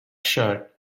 shirt